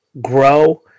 grow